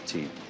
Team